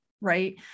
right